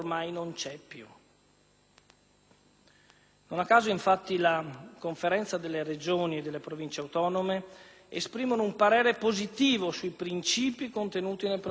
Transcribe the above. Non a caso, infatti, la Conferenza delle Regioni e delle Province autonome esprime un parere positivo sui principi contenuti nel provvedimento in esame.